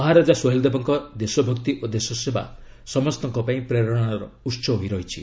ମହାରାଜା ସୋହେଲ ଦେବଙ୍କ ଦେଶଭକ୍ତି ଓ ଦେଶସେବା ସମସ୍ତଙ୍କ ପାଇଁ ପ୍ରେରଣାର ଉସ ହୋଇ ରହିଛି